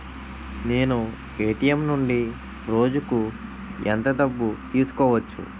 నేను ఎ.టి.ఎం నుండి రోజుకు ఎంత డబ్బు తీసుకోవచ్చు?